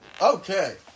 Okay